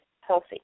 healthy